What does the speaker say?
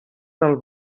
del